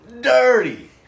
Dirty